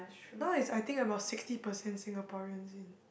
now is I think about sixty percent Singaporeans in